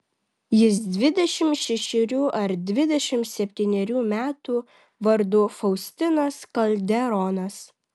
jis dvidešimt šešerių ar dvidešimt septynerių metų vardu faustinas kalderonas